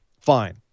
fine